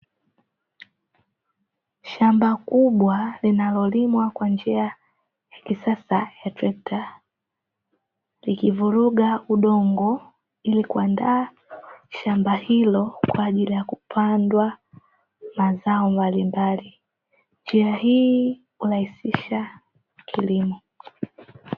Shamba kubwa linalolimwa kwa njia ya kisasa ya trekta, likivuruga udongo ili kuandaa shamba hilo kwa ajili ya kupandwa mazao mbalimbali. Njia hii hurahisisha kilimo.